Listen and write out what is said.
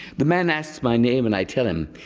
the man asks my name and i tell him.